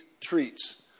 treats